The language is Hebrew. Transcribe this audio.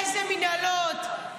איזה מינהלות,